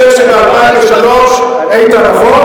1996. חבר'ה, אני חושב שב-2003, איתן, נכון?